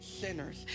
sinners